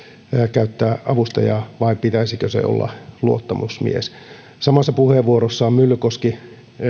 käyttää avustajaa vai pitäisikö sen olla luottamusmies samassa puheenvuorossaan myllykoski